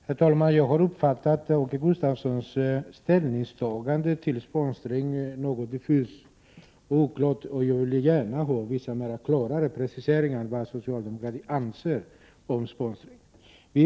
Herr talman! Jag har uppfattat Åke Gustavssons ställningstagande till sponsring som något diffust och oklart, och jag vill gärna ha en del preciseringar av vad socialdemokratin anser om sponsring.